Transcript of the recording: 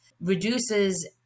reduces